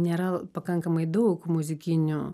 nėra pakankamai daug muzikinių